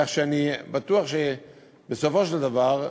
כך שאני בטוח שבסופו של דבר,